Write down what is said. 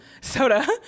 SODA